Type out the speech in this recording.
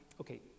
okay